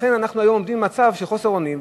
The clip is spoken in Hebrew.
לכן אנחנו היום עומדים במצב של חוסר אונים,